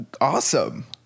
awesome